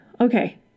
okay